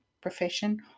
profession